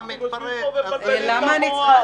אתם מבלבלים את המוח.